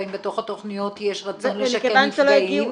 והאם בתוך התכניות יש רצון לשקם מפגעים.